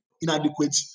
inadequate